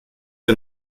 der